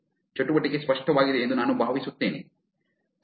ಚಟುವಟಿಕೆ ಸ್ಪಷ್ಟವಾಗಿದೆ ಎಂದು ನಾನು ಭಾವಿಸುತ್ತೇನೆ